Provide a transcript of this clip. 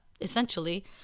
essentially